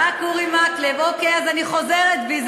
רק אורי מקלב, אז אני חוזרת בי.